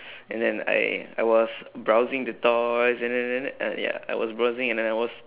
and then I I was browsing the toys and then and then uh ya I was browsing and then I was